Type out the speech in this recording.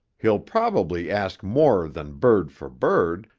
he'll probably ask more than bird for bird,